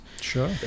Sure